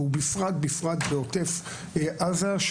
ובפרט בעוטף עזה,